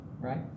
right